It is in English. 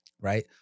right